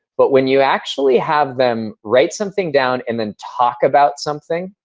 but when you actually have them write something down and then talk about something,